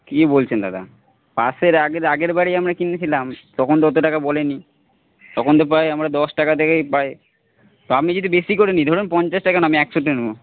কী বলছেন দাদা পাশের আগের আগের বারেই আমরা কিনেছিলাম তখন তো অত টাকা বলেনি তখন তো প্রায় আমরা দশ টাকা থেকেই পাই তো আমি যদি বেশি করে নিই ধরুন পঞ্চাশটা কেন আমি একশোটা নেব